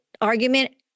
argument